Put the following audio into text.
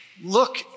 look